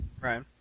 Right